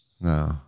no